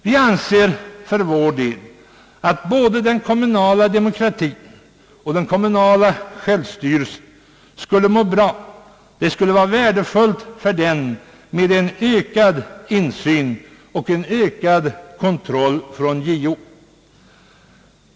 Vi anser för vår del att både den kommunala demokratin och den kommu nala självstyrelsen skulle må bra av en ökad insyn och kontroll från JO; detta skulle vara värdefullt för den.